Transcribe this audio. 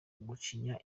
gucinya